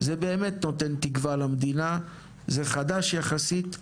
זה באמת נותן תקווה למדינה, זה חדש יחסית.